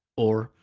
or,